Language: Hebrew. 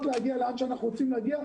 בשביל שנגיע לאן שאנחנו רוצים להגיע?